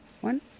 one